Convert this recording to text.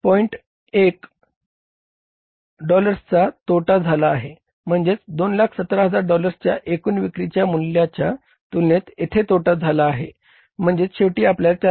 1 डॉलर्सचा तोटा झाला आहे म्हणजे 217000 डॉलर्सच्या एकूण विक्री मूल्याच्या तुलनेत येथे तोटा झाला म्हणजे शेवटी आपल्याला 4